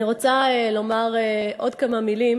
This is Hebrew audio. אני רוצה לומר עוד כמה מילים